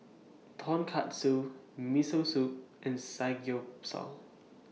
Tonkatsu Miso Soup and Samgyeopsal